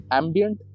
ambient